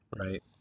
Right